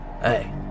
Hey